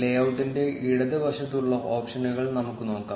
ലേഔട്ട്ഇന്റെ ഇടതുവശത്തുള്ള ഓപ്ഷനുകൾ നമുക്ക് നോക്കാം